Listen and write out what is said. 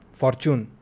fortune